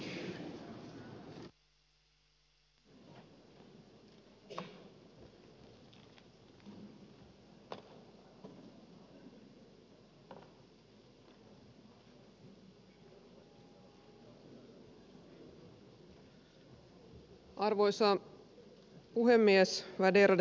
arvoisa puhemies värderade talman